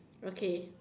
okay